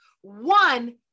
One